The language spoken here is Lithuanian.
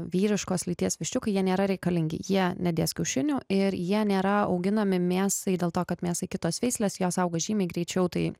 vyriškos lyties viščiukai jie nėra reikalingi jie nedės kiaušinių ir jie nėra auginami mėsai dėl to kad mėsai kitos veislės jos auga žymiai greičiau tai